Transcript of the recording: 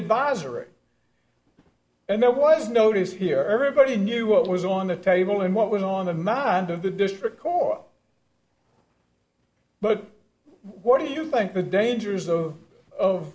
advisory and there was notice here everybody knew what was on the table and what was on the mind of the district court but what do you think the dangers of o